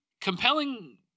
compelling